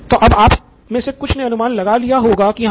तो अब आप मे से कुछ ने अनुमान लगा लिया होगा की हाँ